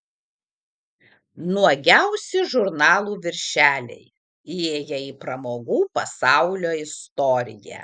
nuogiausi žurnalų viršeliai įėję į pramogų pasaulio istoriją